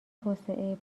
توسعه